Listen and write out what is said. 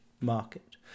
market